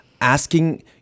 asking